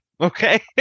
okay